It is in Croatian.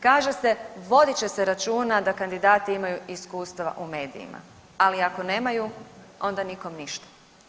Kaže se, vodit će se računa da kandidati imaju iskustva u medijima, ali ako nemaju, onda nikom ništa.